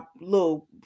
little